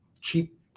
Cheap